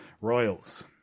Royals